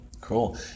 cool